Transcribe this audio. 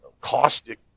caustic